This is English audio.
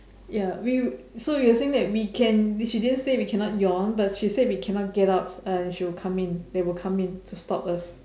ya we so you were saying that we can she didn't say we cannot yawn but she said we cannot get out and she will come in they will come in to stop us